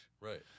Right